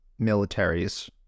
militaries